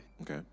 Okay